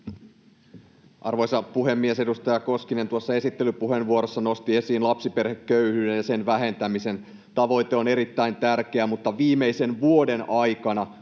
Arvoisa puhemies! Edustaja Koskinen esittelypuheenvuorossaan nosti esiin lapsiperheköyhyyden ja sen vähentämisen. Tavoite on erittäin tärkeä, mutta viimeisen vuoden aikana